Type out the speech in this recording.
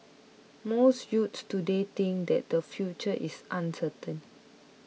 most youths today think that their future is uncertain